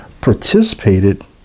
participated